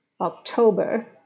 October